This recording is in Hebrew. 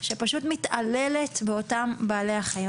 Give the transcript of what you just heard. שפשוט מתעללת באותם בעלי חיים.